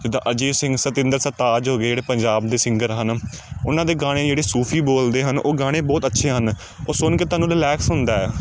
ਜਿੱਦਾਂ ਅਰੀਜੀਤ ਸਿੰਘ ਸਤਿੰਦਰ ਸਰਤਾਜ ਹੋ ਗਏ ਜਿਹੜੇ ਪੰਜਾਬ ਦੇ ਸਿੰਗਰ ਹਨ ਉਹਨਾਂ ਦੇ ਗਾਣੇ ਜਿਹੜੇ ਸੂਫੀ ਬੋਲਦੇ ਹਨ ਉਹ ਗਾਣੇ ਬਹੁਤ ਅੱਛੇ ਹਨ ਉਹ ਸੁਣ ਕੇ ਤੁਹਾਨੂੰ ਰਿਲੈਕਸ ਹੁੰਦਾ